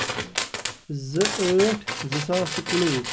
زٕ ٲٹھ زٕ ساس تہٕ کُنوُہ